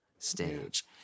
stage